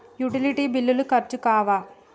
Utility బిల్లులు ఖర్చు కావా?